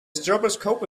stroboscope